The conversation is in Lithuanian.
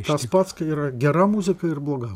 tas pats kai yra gera muzika ir bloga